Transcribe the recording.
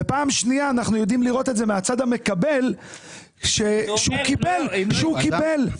ופעם שנייה אנחנו יודעים לראות את זה מהצד המקבל שהוא קיבל שהוא קיבל.